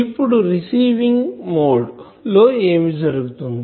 ఇప్పుడు receiving mode లో ఏమి జరుగుతుంది